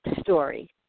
Story